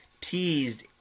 teased